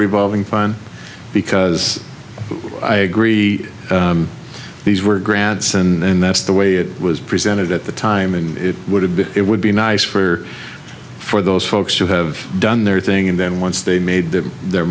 revolving fine because i agree these were grants and that the way it was presented at the time and it would have been it would be nice for for those folks who have done their thing and then once they made the their